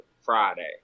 Friday